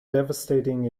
devastating